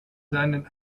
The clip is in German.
seinen